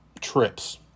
trips